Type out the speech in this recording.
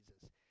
Jesus